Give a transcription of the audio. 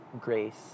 grace